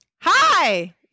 Hi